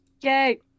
Yay